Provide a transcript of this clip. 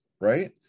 right